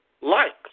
likes